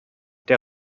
der